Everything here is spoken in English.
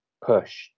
push